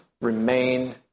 Remain